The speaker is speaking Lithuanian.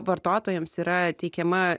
vartotojams yra teikiama